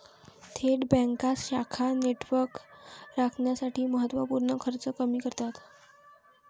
थेट बँका शाखा नेटवर्क राखण्यासाठी महत्त्व पूर्ण खर्च कमी करतात